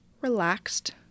relaxed